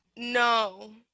No